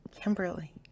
Kimberly